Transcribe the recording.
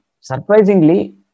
surprisingly